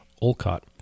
Olcott